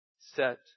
set